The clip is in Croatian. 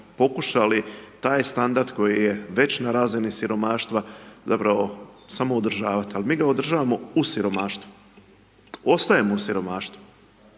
pokušali taj standard koji je već na razini siromaštva zapravo samoodržavati, al mi ga održavamo u siromaštvu, ostajemo u siromaštvu